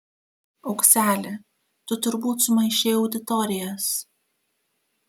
aukseli tu turbūt sumaišei auditorijas